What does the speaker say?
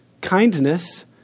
kindness